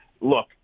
look